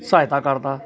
ਸਹਾਇਤਾ ਕਰਦਾ